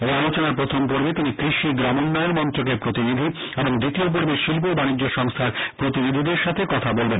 এই আলোচনার প্রথমপর্বে তিনি কৃষি ও গ্রামোন্নয়ন মন্ত্রকের প্রতিনিধি এবং দ্বিতীয় পর্বে শিল্প ও বাণিজ্য সংস্থার প্রতিনিধিদের সঙ্গে কখা বলবেন